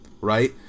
right